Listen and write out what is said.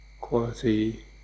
quality